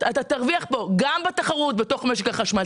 אתה תרוויח גם בתחרות בתוך משק החשמל,